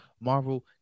Marvel